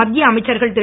மத்திய அமைச்சர்கள் திரு